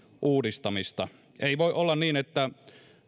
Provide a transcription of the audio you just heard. uudistamista ei voi olla niin että